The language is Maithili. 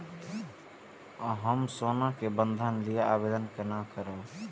हम सोना के बंधन के लियै आवेदन केना करब?